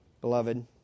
beloved